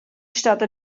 stada